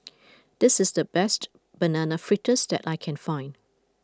this is the best Banana Fritters that I can find